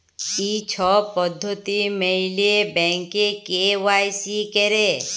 ই ছব পদ্ধতি ম্যাইলে ব্যাংকে কে.ওয়াই.সি ক্যরে